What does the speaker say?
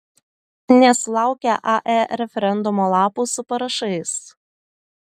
nesulaukia ae referendumo lapų su parašais